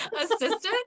assistant